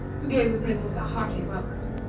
who gave the princess a hearty welcome.